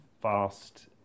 fast